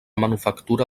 manufactura